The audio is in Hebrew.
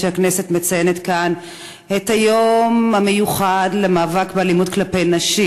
שהכנסת מציינת כאן את היום המיוחד למאבק באלימות כלפי נשים,